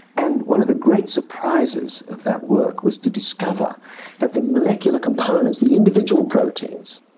and one of the great surprises of that work was to discover that the molecular components, the individual proteins,